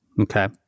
Okay